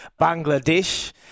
Bangladesh